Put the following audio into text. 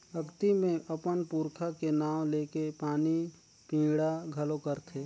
अक्ती मे अपन पूरखा के नांव लेके पानी पिंडा घलो करथे